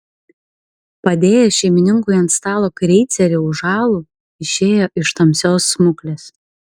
padėjęs šeimininkui ant stalo kreicerį už alų išėjo iš tamsios smuklės